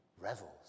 revels